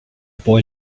boy